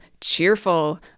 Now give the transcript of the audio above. cheerful